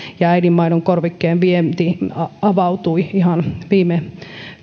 ja äidinmaidonkorvikkeen vienti avautui ihan viime